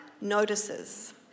notices